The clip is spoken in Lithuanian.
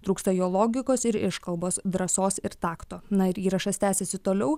trūksta jo logikos ir iškalbos drąsos ir takto na ir įrašas tęsėsi toliau